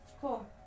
Cool